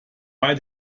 bei